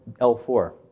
L4